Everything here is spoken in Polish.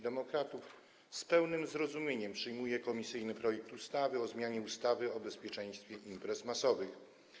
Demokratów z pełnym zrozumieniem przyjmuje komisyjny projekt ustawy o zmianie ustawy o bezpieczeństwie imprez masowych.